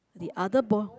the other boy